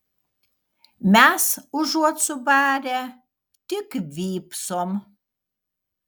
mes užuot subarę tik vypsom